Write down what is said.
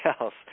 else